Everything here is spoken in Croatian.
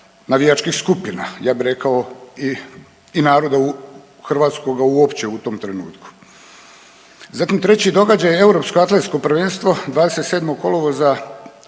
navijačkih skupina. Ja bih rekao i naroda hrvatskoga uopće u tom trenutku. Zatim treći događaj europsko atletsko prvenstvo 27. kolovoza